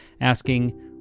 asking